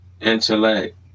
intellect